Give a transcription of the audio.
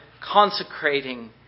consecrating